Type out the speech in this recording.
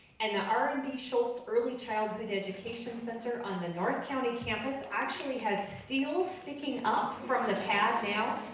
and the r and b shultz early childhood education center on the north county campus actually has steel sticking up from the pad now.